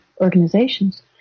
organizations